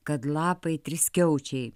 kad lapai triskiaučiai